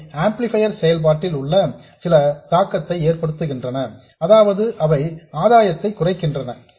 அவை ஆம்ப்ளிபையர் செயல்பாட்டில் சில தாக்கத்தை ஏற்படுத்துகின்றன அதாவது அவை ஆதாயத்தை குறைக்கின்றன